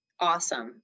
Awesome